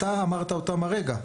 אתה אמרת אותם הרגע.